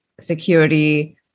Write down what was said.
security